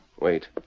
wait